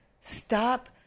Stop